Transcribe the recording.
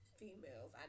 females